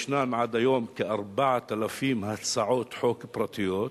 ישנן עד היום כ-4,000 הצעות חוק פרטיות.